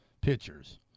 pitchers